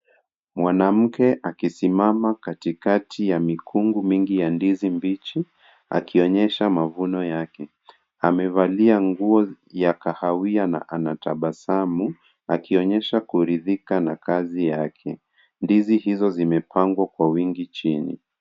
Mwanamke akisimama katikati ya mikungu mingi ya ndizi mbichi akionyesha mavuno yake. Amevalia nguo ya kahawia na anatabasamu akionyesha kuridhika na kazi yake. Ndizi hizo zimepangwa kwa wingi chini.